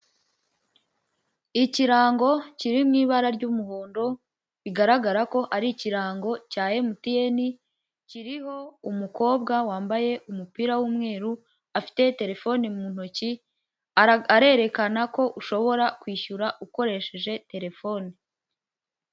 Ikirango kiri mu ibara ry'umuhondo bigaragara ko ari ikirango cya emutiyene kiriho umukobwa wambaye umupira w'umweru, afite terefoni mu ntoki arerekana ko ushobora kwishyura ukoresheje telefone.